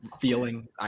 feeling